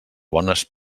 bones